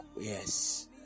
Yes